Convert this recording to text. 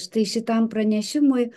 štai šitam pranešimui